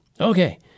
Okay